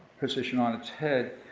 position on its head.